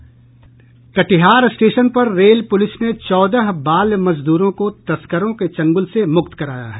Katihar station पर rail police ने चौदह बाल मजदूरों को तस्करों के चंगूल से मुक्त कराया है